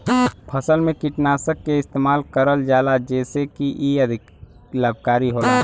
फसल में कीटनाशक के इस्तेमाल करल जाला जेसे की इ अधिक लाभकारी होला